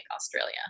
Australia